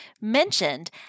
mentioned